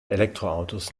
elektroautos